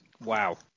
Wow